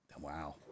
Wow